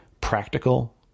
practical